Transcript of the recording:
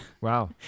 Wow